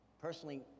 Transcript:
Personally